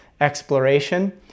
exploration